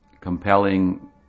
compelling